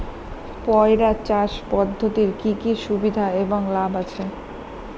পয়রা চাষ পদ্ধতির কি কি সুবিধা এবং লাভ আছে?